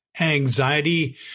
Anxiety